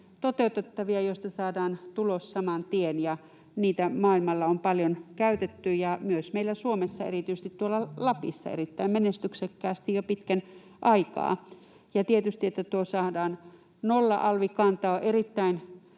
toteutettavia ja niistä saadaan tulos saman tien. Niitä on maailmalla paljon käytetty ja myös meillä Suomessa, erityisesti tuolla Lapissa, erittäin menestyksekkäästi jo pitkän aikaa. Ja tietysti se, että saadaan tuo nolla-alvikanta, on erittäin